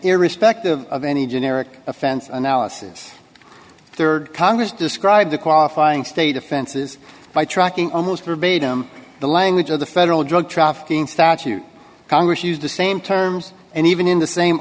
irrespective of any generic offense analysis rd congress described the qualifying state offenses by tracking almost verbatim the language of the federal drug trafficking statute congress used the same terms and even in the same